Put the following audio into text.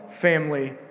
family